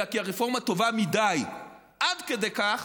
אלא כי הרפורמה טובה מדי, עד כדי כך